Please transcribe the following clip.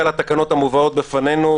התקנות המובאות בפנינו,